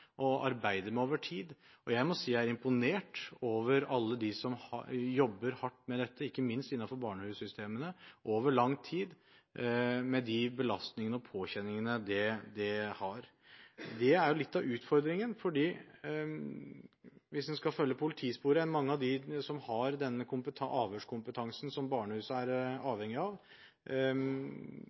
å arbeide med over tid. Jeg må si jeg er imponert over alle de som jobber hardt med dette over lang tid, ikke minst innenfor barnehussystemene, med de belastningene og påkjenningene det gir. Hvis en skal følge politisporet, er jo litt av utfordringen at mange av dem som har denne avhørskompetansen som barnehuset er avhengig av,